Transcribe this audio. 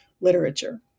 literature